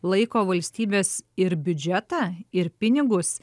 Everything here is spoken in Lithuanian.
laiko valstybės ir biudžetą ir pinigus